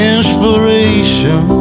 Inspiration